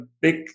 big